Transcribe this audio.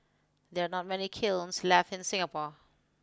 there are not many kilns left in Singapore